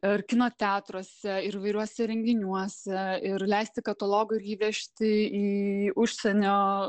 ir kino teatruose ir įvairiuose renginiuose ir leisti katalogą ir jį vežti į užsienio